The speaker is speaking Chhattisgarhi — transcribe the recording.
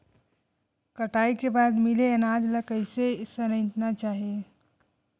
कटाई के बाद मिले अनाज ला कइसे संइतना चाही?